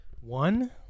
One